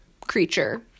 creature